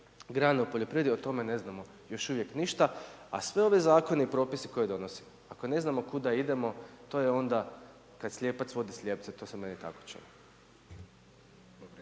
grane u poljoprivredi? O tome ne znamo još uvijek ništa. A sve ovi zakone i propisi koje donosimo, ako ne znamo kuda idemo to je onda kad slijepac vodi slijepca. To se meni tako čini.